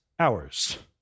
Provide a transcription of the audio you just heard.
hours